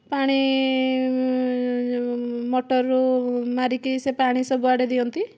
ପାଣି ମଟରରୁ ମାରିକି ସେ ପାଣି ସବୁଆଡ଼େ ଦିଅନ୍ତି